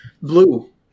Blue